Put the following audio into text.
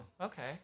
okay